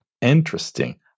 Interesting